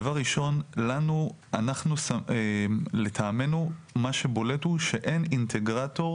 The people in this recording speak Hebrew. דבר ראשון, לטעמנו מה שבולט הוא שאין אינטגרטור